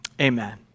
amen